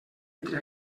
entre